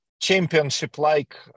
championship-like